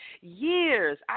years